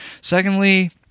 Secondly